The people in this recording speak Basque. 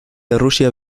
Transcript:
errusia